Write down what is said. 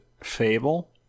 Fable